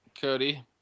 Cody